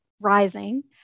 rising